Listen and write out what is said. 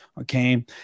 Okay